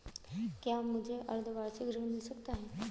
क्या मुझे अर्धवार्षिक ऋण मिल सकता है?